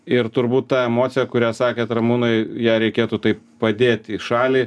ir turbūt ta emocija kurią sakėt ramūnai ją reikėtų taip padėti į šalį